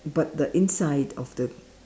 but the inside of the